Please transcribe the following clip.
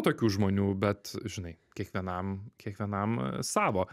tokių žmonių bet žinai kiekvienam kiekvienam savo